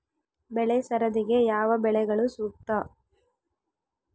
ಬೆಳೆ ಸರದಿಗೆ ಯಾವ ಬೆಳೆಗಳು ಸೂಕ್ತ?